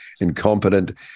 incompetent